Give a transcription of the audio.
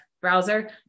browser